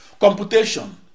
computation